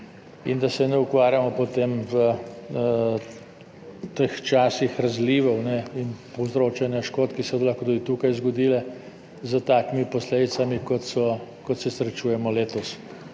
in da se ne ukvarjamo potem v časih razlivov in povzročanja škod, ki se bodo lahko tudi tukaj zgodile, s takimi posledicami, kot se srečujemo letos.